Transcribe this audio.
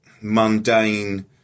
mundane